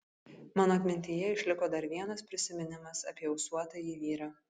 mano atmintyje išliko dar vienas prisiminimas apie ūsuotąjį vyrą